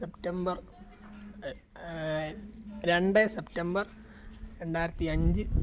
September രണ്ട് September രണ്ടായിരത്തി അഞ്ച്